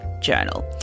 journal